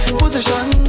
position